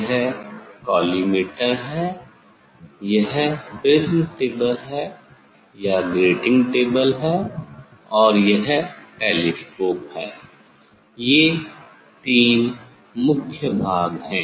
यह कॉलीमेटर है यह प्रिज़्म टेबल है या ग्रेटिंग टेबल है और यह टेलीस्कोप है ये तीन मुख्य भाग है